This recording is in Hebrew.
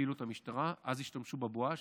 לפעילות המשטרה, השתמשו בבואש.